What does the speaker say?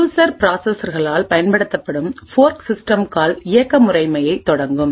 user ப்ராசஸ்களால்பயன்படுத்தப்படும் fork system call இயக்க முறைமையைத் தொடங்கும்